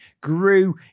grew